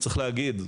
צריך להגיד,